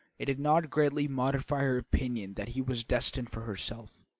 it did not greatly modify her opinion that he was destined for herself.